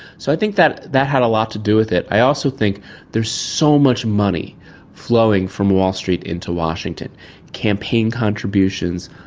so i think that that had a lot to do with it. i also think there's so much money flowing from wall street into washington campaign contributions,